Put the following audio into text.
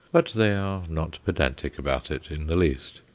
but they are not pedantic about it in the least.